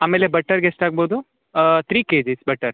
ಆಮೇಲೆ ಬಟರ್ಗೆ ಎಷ್ಟಾಗ್ಬೋದು ತ್ರೀ ಕೆಜಿಸ್ ಬಟರ್